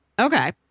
Okay